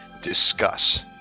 Discuss